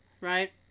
right